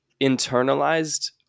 internalized